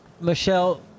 Michelle